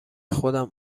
خودم